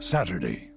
Saturday